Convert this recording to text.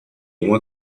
uma